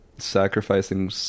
Sacrificing